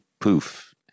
poof